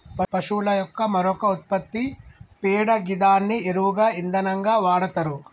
పశువుల యొక్క మరొక ఉత్పత్తి పేడ గిదాన్ని ఎరువుగా ఇంధనంగా వాడతరు